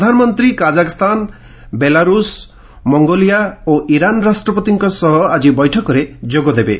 ପ୍ରଧାନମନ୍ତ୍ରୀ Kazakhstan Belarus Mongolia ଓ Iran ରାଷ୍ଟ୍ରପତିଙ୍କ ସହ ଆଜି ବୈଠକରେ ଯୋଗ ଦେବେ